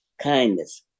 kindness